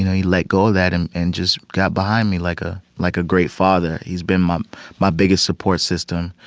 you know he let go of that and and just got behind me like ah like a great father. he's been my my biggest support system.